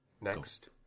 Next